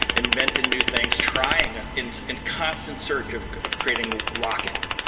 inventing new things, trying, in in constant search of of creating lock-in.